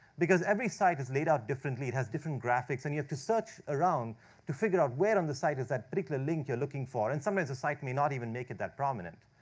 because every site is laid out differently, it has different graphics. and you have to search around to figure out where on the site is that particular link you're looking for. and sometimes the site may not even make it that prominent.